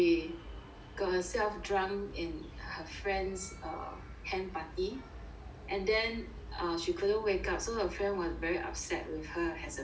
got herself drunk in her friend's err hen party and then she couldn't wake up so her friend was very upset with her as a friend